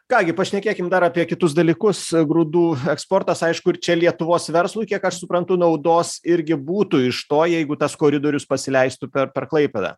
ką gi pašnekėkim dar apie kitus dalykus grūdų eksportas aišku ir čia lietuvos verslui kiek aš suprantu naudos irgi būtų iš to jeigu tas koridorius pasileistų per per klaipėdą